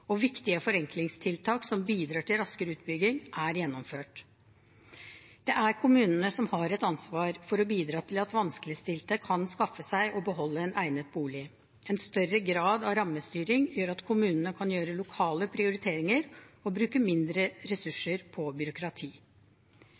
og viktige forenklingstiltak som bidrar til raskere utbygging, er gjennomført. Det er kommunene som har et ansvar for å bidra til at vanskeligstilte kan skaffe seg og beholde en egnet bolig. En større grad av rammestyring gjør at kommunene kan gjøre lokale prioriteringer og bruke mindre